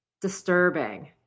disturbing